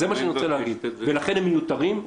צריך לקיים היום את הדיון ולהקדיש לו את מרבית הזמן.